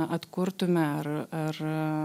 atkurtume ar ar